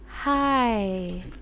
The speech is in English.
Hi